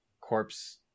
corpse